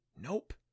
Nope